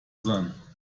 sein